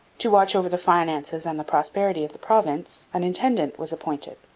to watch over the finances and the prosperity of the province, an intendant was appointed.